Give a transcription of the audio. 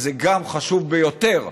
שגם זה חשוב ביותר.